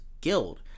guild